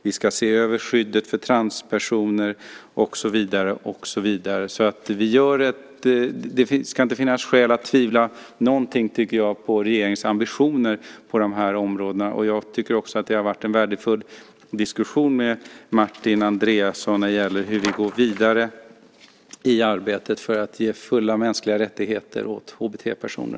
Vi ska se över skyddet för transpersoner och så vidare, och så vidare. Det ska alltså inte finnas några skäl att tvivla på regeringens ambitioner på dessa områden. Jag tycker att det varit en värdefull diskussion med Martin Andreasson när det gäller hur vi ska gå vidare i arbetet med att ge fulla mänskliga rättigheter åt HBT-personer.